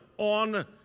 on